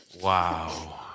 Wow